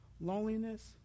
loneliness